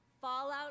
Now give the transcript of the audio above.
Fallout